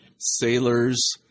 sailors